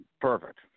Perfect